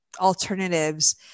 alternatives